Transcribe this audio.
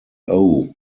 owe